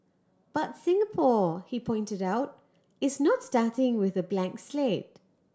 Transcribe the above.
but Singapore he pointed out is not starting with a blank slate